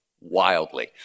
wildly